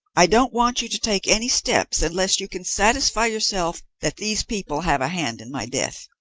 i don't want you to take any steps unless you can satisfy yourself that these people have a hand in my death.